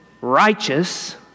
righteous